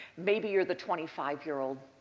maybe you're the twenty five year old,